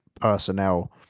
personnel